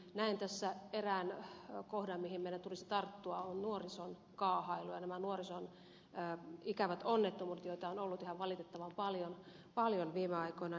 näen tässä erään kohdan johon meidän tulisi tarttua ja se on nuorison kaahailu ja nämä nuorison ikävät onnettomuudet joita on ollut ihan valitettavan paljon viime aikoina